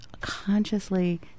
consciously